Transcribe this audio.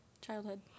childhood